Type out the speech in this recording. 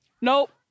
Nope